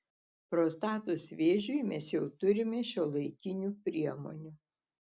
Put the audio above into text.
prostatos vėžiui mes jau turime šiuolaikinių priemonių